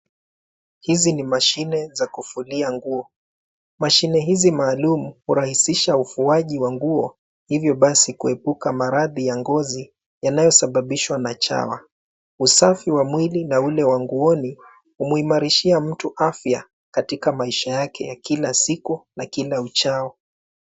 Hizi ni mashine za kufulia nguo. Mashine hizi maalum urahisisha ufuaji wa nguo hivyo basi kuepuka maradhi ya ngozi yanayosababishwa na chawa. Usafi wa mwili na ule wa nguoni umuimarishia mtu afya katika maisha yake ya kila siku na kila uchao.